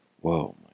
Whoa